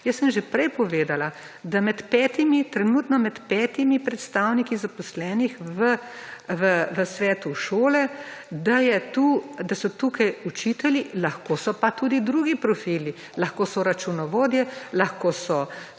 Jaz sem že pred povedala, da med 5, trenutno med 5 predstavniki zaposlenih v svetu šole, da je tu, da so tukaj učitelji, lahko so pa tudi drugi profili, lahko so računovodje, lahko so